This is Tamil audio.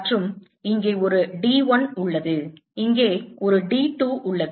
மற்றும் இங்கே ஒரு D1 உள்ளது இங்கே ஒரு D 2 உள்ளது